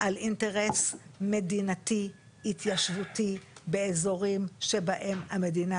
על אינטרס מדינתי התיישבותי באזורים שבהם המדינה